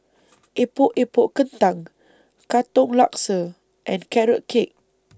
Epok Epok Kentang Katong Laksa and Carrot Cake